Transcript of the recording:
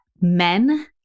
men